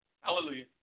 Hallelujah